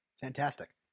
Fantastic